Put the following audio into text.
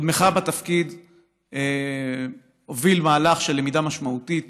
קודמך בתפקיד הוביל מהלך של למידה משמעותית.